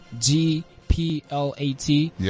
G-P-L-A-T